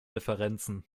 differenzen